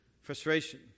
frustration